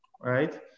Right